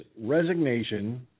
resignation